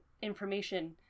Information